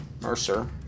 Mercer